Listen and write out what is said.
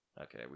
Okay